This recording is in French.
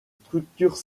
structures